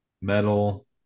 metal